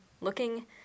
looking